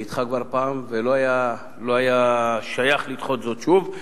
זה נדחה כבר פעם, ולא היה שייך לדחות זאת שוב.